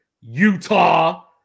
Utah